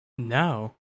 No